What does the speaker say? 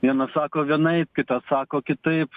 vienas sako vienaip kitą sako kitaip